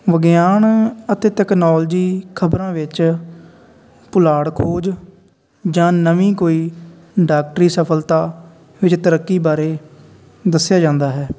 ਵਿਗਿਆਨ ਅਤੇ ਟੈਕਨੋਲਜੀ ਖਬਰਾਂ ਵਿੱਚ ਪੁਲਾੜ ਖੋਜ ਜਾਂ ਨਵੀਂ ਕੋਈ ਡਾਕਟਰੀ ਸਫਲਤਾ ਵਿੱਚ ਤਰੱਕੀ ਬਾਰੇ ਦੱਸਿਆ ਜਾਂਦਾ ਹੈ